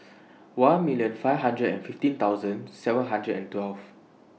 Pick one million five hundred and fifteen thousand seven hundred and twelve